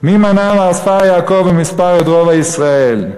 "מי מנה עפר יעקב ומספר את רֹבע ישראל".